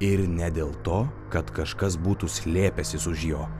ir ne dėl to kad kažkas būtų slėpęsis už jo